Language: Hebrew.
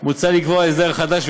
מוצע לקבוע הסדר חדש,